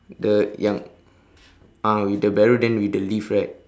the yang ah with the barrow then with the leaf right